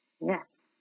Yes